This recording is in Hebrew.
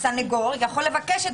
הסנגור יכול לבקש.